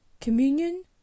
communion